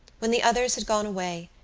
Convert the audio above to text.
when the others had gone away,